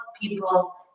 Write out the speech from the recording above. people